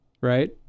right